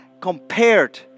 compared